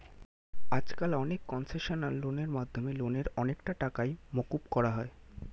আজকাল অনেক কনসেশনাল লোনের মাধ্যমে লোনের অনেকটা টাকাই মকুব করা যায়